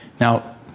Now